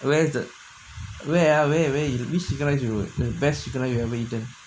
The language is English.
where is that where ah where which chicken rice you best chicken rice you ever eaten